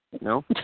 No